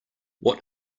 what